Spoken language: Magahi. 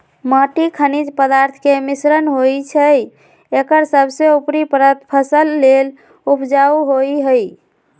माटी खनिज पदार्थ के मिश्रण होइ छइ एकर सबसे उपरी परत फसल लेल उपजाऊ होहइ